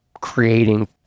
creating